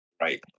Right